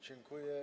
Dziękuję.